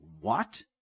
What